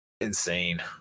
insane